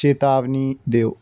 ਚੇਤਾਵਨੀ ਦਿਓ